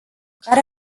care